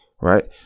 right